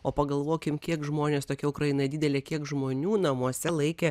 o pagalvokim kiek žmonės tokia ukraina didelė kiek žmonių namuose laikė